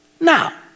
Now